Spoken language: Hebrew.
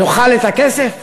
נאכל את הכסף?